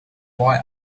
boy